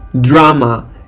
drama